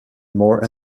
more